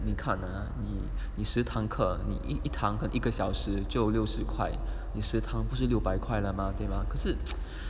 你看啊你你十堂课你一堂一个小时就六十块你十堂不是六百块了嘛对吧可是